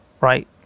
right